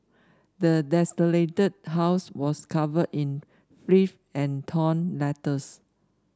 the desolated house was covered in filth and torn letters